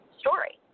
story